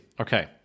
Okay